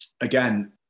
again